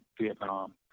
Vietnam